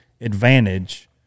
advantage